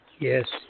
Yes